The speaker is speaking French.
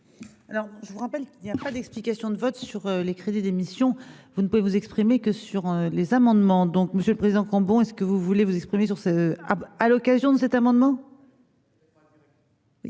Alors je vous rappelle qu'il n'y a pas d'explication de vote sur les crédits d'émission, vous ne pouvez vous exprimer que sur les amendements, donc, Monsieur le Président, quand bon est-ce que vous voulez vous exprimer sur ce ah, à l'occasion de cet amendement.